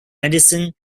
medicine